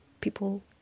people